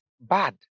bad